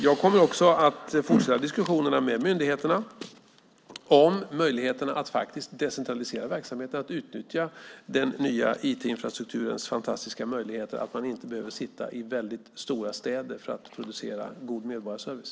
Jag kommer också att fortsätta diskussionerna med myndigheterna om möjligheterna att decentralisera verksamheterna och utnyttja den nya IT-infrastrukturens fantastiska möjligheter som innebär att man inte behöver sitta i storstäder för att producera god medborgarservice.